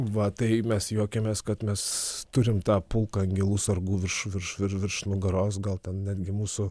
va tai mes juokiamės kad mes turim tą pulką angelų sargų virš virš virš nugaros gal ten netgi mūsų